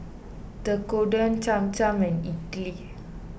Tekkadon Cham Cham and Idili